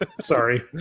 Sorry